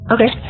Okay